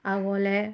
അതുപോലെ